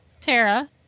Tara